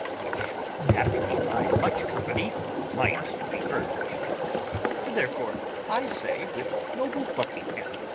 which haply by much company might be urg'd therefore i say with noble buckingham,